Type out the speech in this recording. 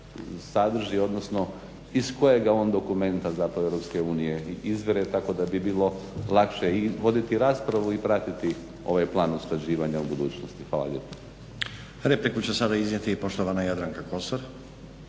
sadrži, odnosno iz kojega on dokumenta zapravo EU i izvire. Tako da bi bilo lakše i voditi raspravu i pratiti ovaj plan usklađivanja u budućnosti. Hvala lijepa. **Stazić, Nenad (SDP)** Repliku će sada iznijeti i poštovana Jadranka Kosor.